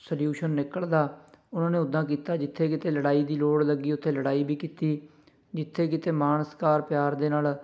solution ਨਿਕਲਦਾ ਉਨ੍ਹਾਂ ਨੇ ਉਦਾਂ ਕੀਤਾ ਜਿੱਥੇ ਕਿਤੇ ਲੜਾਈ ਦੀ ਲੋੜ ਲੱਗੀ ਉੱਥੇ ਲੜਾਈ ਵੀ ਕੀਤੀ ਜਿੱਥੇ ਕਿਤੇ ਮਾਣ ਸਤਿਕਾਰ ਪਿਆਰ ਦੇ ਨਾਲ